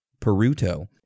Peruto